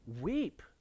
weep